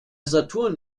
saturn